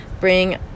bring